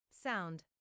sound –